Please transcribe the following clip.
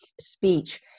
speech